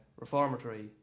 reformatory